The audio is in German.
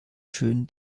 schön